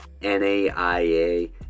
NAIA